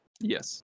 Yes